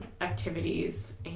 activities